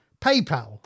PayPal